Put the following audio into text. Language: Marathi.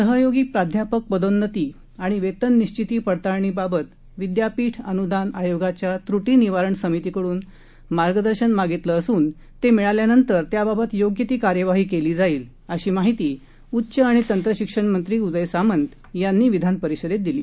सहयोगी प्राध्यापक पदोन्नती आणि वेतन निश्चिती पडताळणीबाबत विद्यापीठ अनुदान आयोगाच्या त्रुटी निवारण समितीकडून मार्गदर्शन मागितलं असून ते मिळाल्यानंतर त्याबाबत योग्य ती कार्यवाही केली जाईल अशी माहिती उच्च आणि तंत्रशिक्षण मंत्री उदय सामंत यांनी विधान परिषदेत दिली